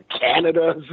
Canada